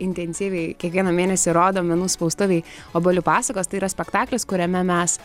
intensyviai kiekvieną mėnesį rodom menų spaustuvėj obuolių pasakos tai yra spektaklis kuriame mes